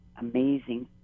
amazing